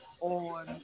on